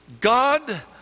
God